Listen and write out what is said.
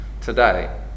today